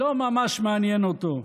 לא ממש מעניין אותו.